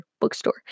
Bookstore